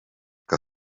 que